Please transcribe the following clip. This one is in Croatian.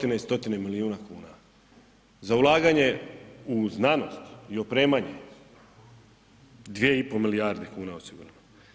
i stotine milijuna kuna, za ulaganje u znanost i opremanje 2,5 milijarde kuna osigurano.